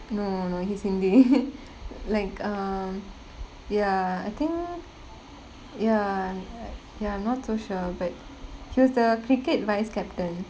no no he's hindi like um ya I think ya ya I'm not so sure but he was the cricket vice-captain